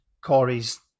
Corey's